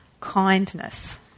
kindness